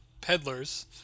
Peddlers